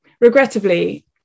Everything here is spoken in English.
Regrettably